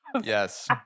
Yes